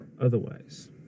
otherwise